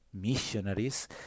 missionaries